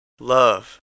love